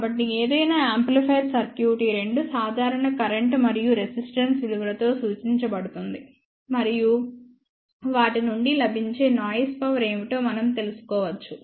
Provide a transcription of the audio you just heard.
కాబట్టి ఏదైనా amplifier circuit ఈ రెండు సాధారణ కరెంట్ మరియు రెసిస్టెన్స్ విలువలలో సూచించబడుతుంది మరియు వాటి నుండి లభించే నాయిస్ పవర్ ఏమిటో మనం తెలుసుకోవచ్చు